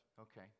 Okay